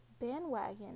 bandwagon